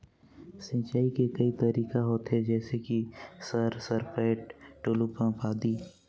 सिंचाई के कई तरीका होथे? जैसे कि सर सरपैट, टुलु पंप, आदि?